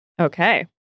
Okay